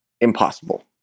impossible